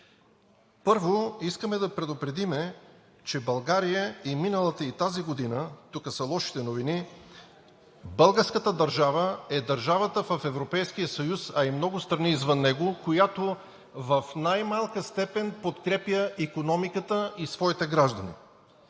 Първо, искаме да предупредим, че България – и миналата, и тази година – тук са лошите новини – българската държава е държавата в Европейския съюз, а и много страни извън него, която в най-малка степен подкрепя икономиката и своите граждани.